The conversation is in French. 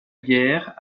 guerre